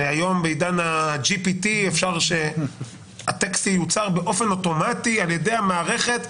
היום בעידן ה- GPT אפשר שהטקסט ייוצר באופן אוטומטי על ידי המערכת,